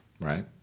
right